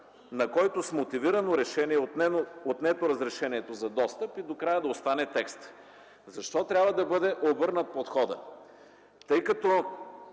на който с мотивирано решение е отнето разрешението за достъп” и до края на остане текстът. Защо трябва да бъде обърнат подходът? Тъй като